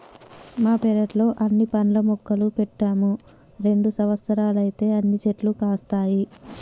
మా పెరట్లో అన్ని పండ్ల మొక్కలు పెట్టాము రెండు సంవత్సరాలైతే అన్ని చెట్లు కాస్తాయి